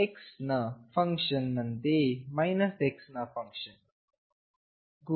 ಆದ್ದರಿಂದ x ನ function ನಂತೆಯೇ x ನ ಫಂಕ್ಷನ್ ಗೂ ಒಂದೇ ಸಂಖ್ಯೆಯನ್ನು ನೀಡುತ್ತೇವೆ